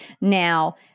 Now